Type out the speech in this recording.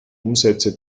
umsätze